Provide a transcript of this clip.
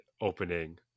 opening